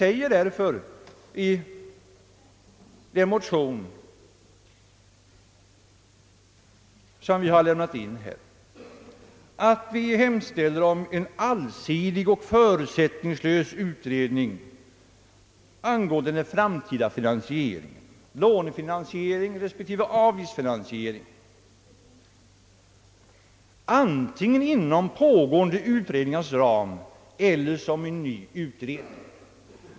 I vår motion hemställer vi därför om en allsidig och förutsättningslös utredning angående den framtida finansieringen — utredningars ram eller som en ny utredning.